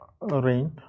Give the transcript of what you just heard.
rain